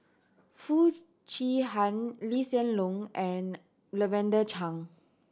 Foo Chee Han Lee Hsien Loong and Lavender Chang